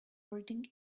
reading